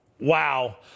Wow